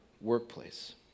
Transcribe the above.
workplace